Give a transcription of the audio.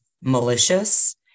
malicious